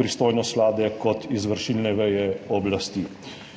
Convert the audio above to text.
pristojnost vlade kot izvršilne veje oblasti.